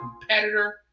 competitor